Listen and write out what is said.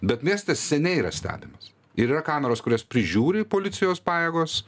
bet miestas seniai yra stebimas ir yra kameros kurias prižiūri policijos pajėgos